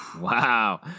Wow